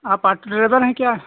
आप auto driver हैं क्या